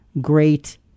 great